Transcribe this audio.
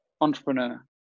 entrepreneur